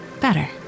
better